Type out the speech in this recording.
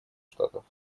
штатов